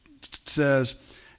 says